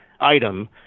item